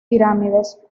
pirámides